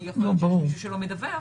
כי יכול להיות שיש מישהו שלא מדווח.